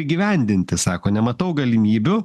įgyvendinti sako nematau galimybių